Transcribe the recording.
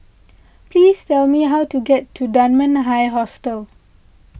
please tell me how to get to Dunman High Hostel